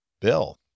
Bill